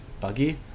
Buggy